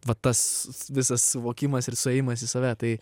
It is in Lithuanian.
va tas visas suvokimas ir suėjimas save tai